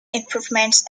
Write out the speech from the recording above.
improvements